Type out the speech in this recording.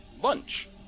Lunch